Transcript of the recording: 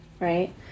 right